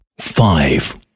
Five